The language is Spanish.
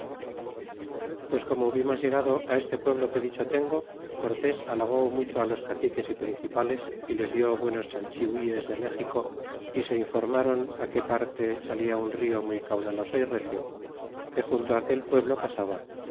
pues como hubimos llegado este pueblo que dicho tengo cortés halagó mucho los caciciques y principales y les dió buenos chalchihules de méxico y se informron que parte salia un rio muy caudaloso y recio que junto aquel pueblo pasaba